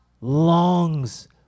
longs